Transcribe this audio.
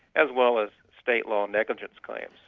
as well as state law negligence claims.